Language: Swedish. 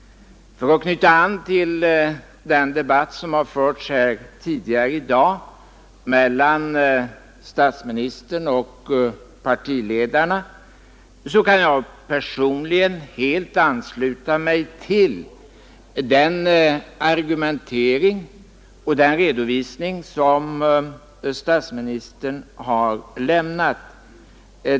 För att knyta an till den debatt som förts här tidigare i dag mellan statsministern och partiledarna, kan jag personligen helt ansluta mig till den argumentering och den redovisning som statsministern har lämnat.